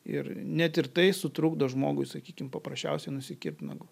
ir net ir tai sutrukdo žmogui sakykim paprasčiausiai nusikirpt nagus